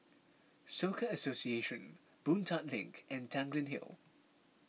Soka Association Boon Tat Link and Tanglin Hill